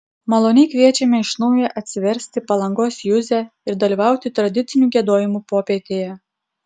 maloniai kviečiame iš naujo atsiversti palangos juzę ir dalyvauti tradicinių giedojimų popietėje